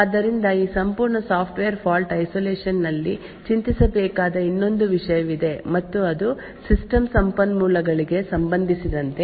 ಆದ್ದರಿಂದ ಈ ಸಂಪೂರ್ಣ ಸಾಫ್ಟ್ವೇರ್ ಫಾಲ್ಟ್ ಐಸೋಲೇಷನ್ ನಲ್ಲಿ ಚಿಂತಿಸಬೇಕಾದ ಇನ್ನೊಂದು ವಿಷಯವಿದೆ ಮತ್ತು ಅದು ಸಿಸ್ಟಮ್ ಸಂಪನ್ಮೂಲಗಳಿಗೆ ಸಂಬಂಧಿಸಿದಂತೆ